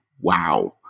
Wow